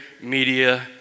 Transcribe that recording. media